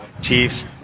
Chiefs